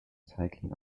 cycling